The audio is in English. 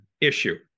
issue